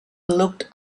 looked